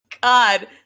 God